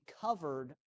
covered